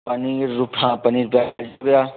पनीर हाँ पनीर दो प्याज़ा हो गया